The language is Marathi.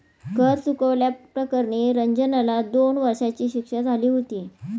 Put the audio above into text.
कर चुकवल्या प्रकरणी रंजनला दोन वर्षांची शिक्षा झाली होती